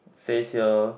says here